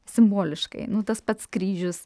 simboliškai nu tas pats kryžius